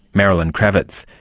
marilyn krawitz.